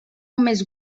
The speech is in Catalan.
més